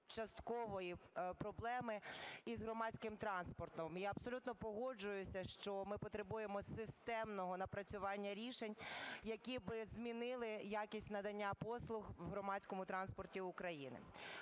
часткової проблеми із громадським транспортом. Я абсолютно погоджуюся, що ми потребуємо системного напрацювання рішень, які би змінили якість надання послуг в громадському транспорті України.